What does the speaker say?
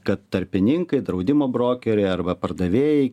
kad tarpininkai draudimo brokeriai arba pardavėjai